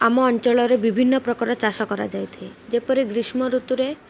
ଆମ ଅଞ୍ଚଳରେ ବିଭିନ୍ନ ପ୍ରକାର ଚାଷ କରାଯାଇଥାଏ ଯେପରି ଗ୍ରୀଷ୍ମ ଋତୁରେ